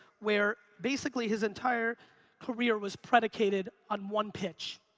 where, basically, his entire career was predicated on one pitch.